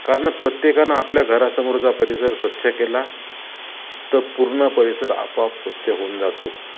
कारण प्रत्येकानं आपल्या घरासमोरचा परिसर स्वच्छ केला तर पूर्ण परिसर आपोआप स्वच्छ होऊन जातो